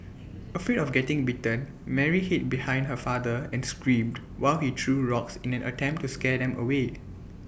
afraid of getting bitten Mary hid behind her father and screamed while he threw rocks in an attempt to scare them away